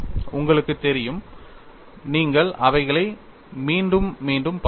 உங்களுக்குத் தெரியும் நீங்கள் அவைகளை மீண்டும் மீண்டும் பார்ப்பீர்கள்